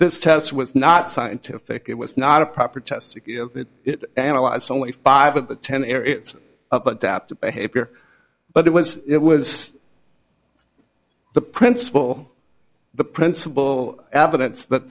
this test was not scientific it was not a proper test it analyze only five of the ten yr it's adaptive behavior but it was it was the principal the principal evidence that